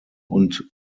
und